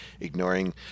ignoring